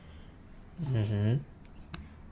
mmhmm